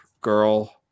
girl